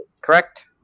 correct